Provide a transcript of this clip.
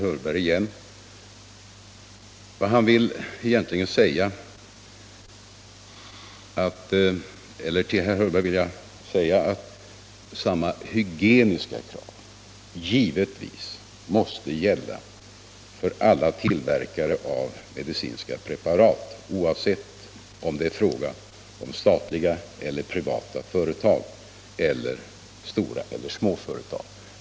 Jag vill då åter rikta mig till herr Hörberg och säga att samma hygieniska krav givetvis måste gälla för alla tillverkare av medicinska preparat, oavsett om det är fråga om statliga eller privata företag och oavsett om det gäller stora eller små företag.